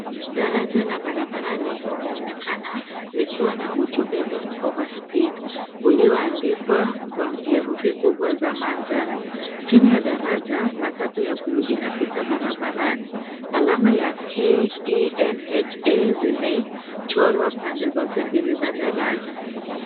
Daraja la barabara limeonekana likiwa na ujumbe Dont overspeed ulioandikwa kwa herufi kubwa za manjano. Chini ya daraja, matatu ya buluu inapita barabarani. Alama ya KENHA zimechorwa pande zote mbili za daraja.